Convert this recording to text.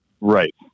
Right